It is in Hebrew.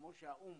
כמו שהאו"ם